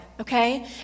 okay